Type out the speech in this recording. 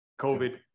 COVID